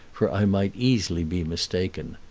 for i might easily be mistaken.